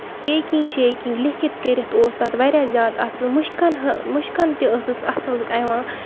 packing شیکِنگ لٮ۪کھِتھ کٔرِتھ اوس تَتھ واریاہ زیادٕ اَصٕل مُشکن مُشکہٕ ۂنۍ تہِ ٲسٕس اَصٕل یِوان